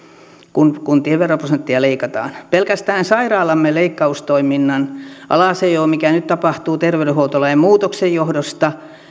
kun kuntien veroprosenttia leikataan pelkästään sairaalamme leikkaustoiminnan alasajo mikä nyt tapahtuu terveydenhuoltolain muutoksen johdosta